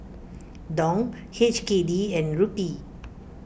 Dong H K D and Rupee